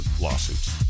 lawsuits